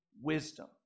wisdom